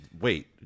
Wait